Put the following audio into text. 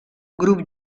grup